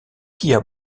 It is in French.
kia